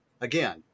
again